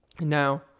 Now